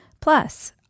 Plus